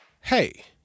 hey